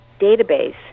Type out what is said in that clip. database